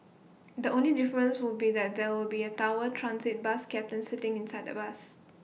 the only difference will be that there will be A tower transit bus captain sitting inside the bus